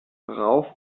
rauf